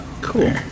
Cool